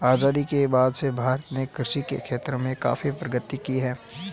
आजादी के बाद से भारत ने कृषि के क्षेत्र में काफी प्रगति की है